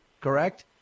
correct